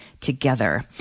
together